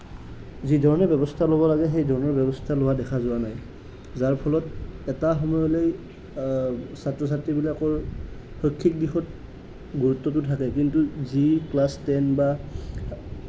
যিধৰণে ব্যৱস্থা ল'ব লাগে সেইধৰণৰ ব্যৱস্থা লোৱা নাই যাৰ ফলত এটা সময়লৈ ছাত্ৰ ছাত্ৰীবিলাকৰ শৈক্ষিক দিশত গুৰুত্বটো থাকে কিন্তু যিয়ে ক্লাছ টেন বা